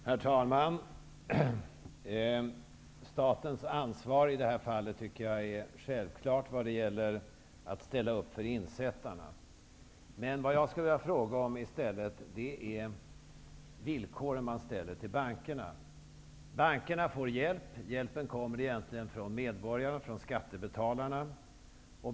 Herr talman! Statens ansvar att i det här fallet ställa upp för insättarna tycker jag är självklart. Det jag skulle vilja fråga om är i stället vilka villkor man ställer för bankerna. Bankerna får hjälp. Hjälpen kommer egentligen från medborgarna, från skattebetalarna.